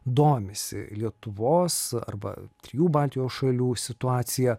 domisi lietuvos arba trijų baltijos šalių situacija